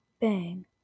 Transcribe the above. bang